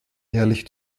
ehrlich